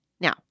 Now